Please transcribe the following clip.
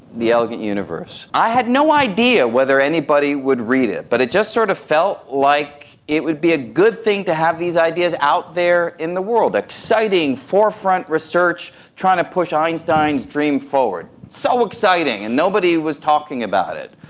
the elegant universe, i had no idea whether anybody would read it, but it just sort of felt like it would be a good thing to have these ideas out there in the world, exciting, forefront research trying to push einstein's dream forward. so exciting, and nobody was talking about it.